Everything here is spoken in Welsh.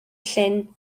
llyn